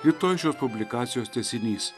rytoj šios publikacijos tęsinys